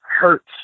hurts